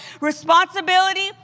Responsibility